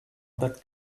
that